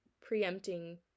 preempting